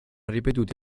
ripetuti